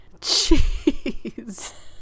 Jeez